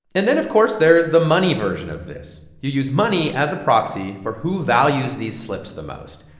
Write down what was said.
and then of course, there is the money version of this. you use money as a proxy for who values these slips the most.